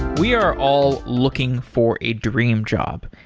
we are all looking for a dream job,